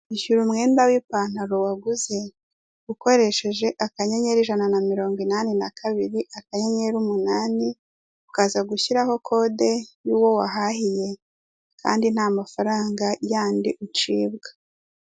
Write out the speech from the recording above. Ishyura umwenda w'ipantaro uguze ukoresheje akanyenyeri ijana na mirongo inani na kabiri, akanyenyeri umunani, ukaza gushyiraho kode y'uwo wahahiye, kandi ntamafaranga yandi ucibwa.